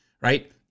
right